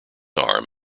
arm